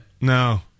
No